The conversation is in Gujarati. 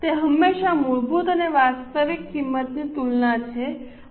તે હંમેશાં પ્રમાણભૂત અને વાસ્તવિક કિંમતની તુલના છે